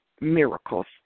miracles